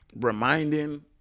Reminding